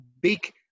big